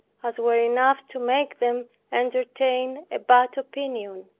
as were enough to make them entertain a bad opinion.